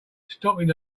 stopping